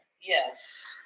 Yes